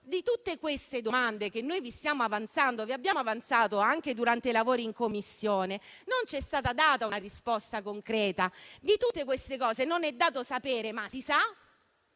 A tutte queste domande che stiamo avanzando e che abbiamo avanzato anche durante i lavori in Commissione, non è stata data una risposta concreta. Di tutte queste cose non è dato sapere, ma si sa